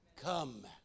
Come